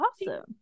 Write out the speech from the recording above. awesome